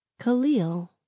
Khalil